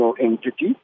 entity